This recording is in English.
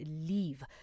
leave